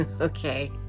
okay